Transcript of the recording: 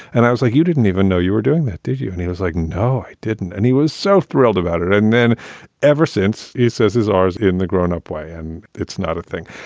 and i was like, you didn't even know you were doing that, did you? and he was like, no, it didn't. and he was so thrilled about it. and then ever since he says his hours in the grown up way and it's not a thing.